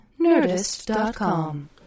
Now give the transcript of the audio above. Nerdist.com